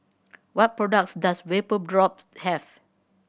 what products does Vapodrops have